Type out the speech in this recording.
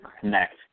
connect